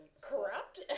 corrupt